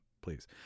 please